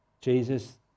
Jesus